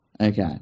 Okay